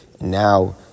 Now